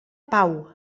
pau